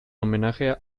homenaje